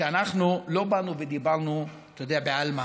אנחנו לא באנו ודיברנו, אתה יודע, בעלמא.